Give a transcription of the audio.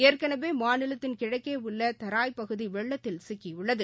ஏற்கனவே மாநிலத்தின் கிழக்கே உள்ள தராய் பகுதி வெள்ளத்தில் சிக்கியுள்ளது